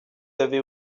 avez